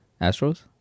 Astros